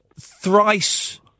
thrice